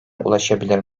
ulaşabilir